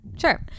Sure